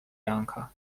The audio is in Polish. janka